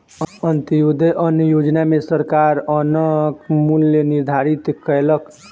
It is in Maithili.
अन्त्योदय अन्न योजना में सरकार अन्नक मूल्य निर्धारित कयलक